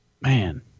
Man